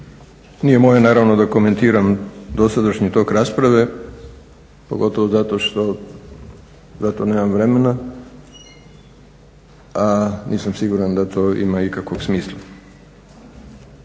Nije moje naravno da komentiram dosadašnji tok rasprave, pogotovo zato što nemam vremena, a nisam siguran da to ima ikakvog smisla.